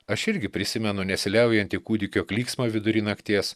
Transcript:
aš irgi prisimenu nesiliaujantį kūdikio klyksmą vidury nakties